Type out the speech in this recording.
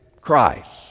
Christ